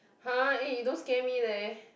!huh! eh you don't scare me leh